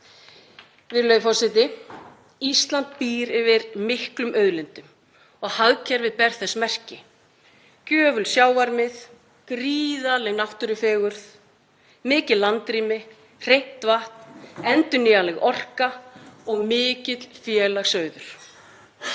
Virðulegur forseti. Ísland býr yfir miklum auðlindum og hagkerfið ber þess merki; gjöful fiskimið, gríðarleg náttúrufegurð, mikið landrými, hreint vatn, endurnýjanleg orka og mikill félagsauður.